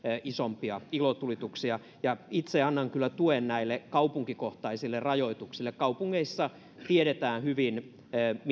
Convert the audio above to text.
isompia ilotulituksia ja itse annan kyllä tuen näille kaupunkikohtaisille rajoituksille kaupungeissa tiedetään hyvin